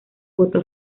votó